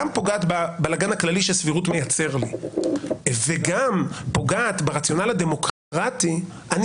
פוגעת בבלגן הכללי שסבירות מייצר לי וגם פוגעת ברציונל הדמוקרטי אני